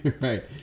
Right